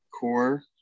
core